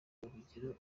urugero